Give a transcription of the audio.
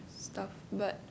stuff but